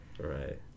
Right